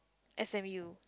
s_m_u